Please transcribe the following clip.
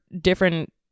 different